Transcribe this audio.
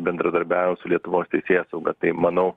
bendradarbiauja su lietuvos teisėsauga tai manau